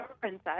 Princess